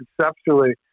conceptually